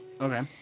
Okay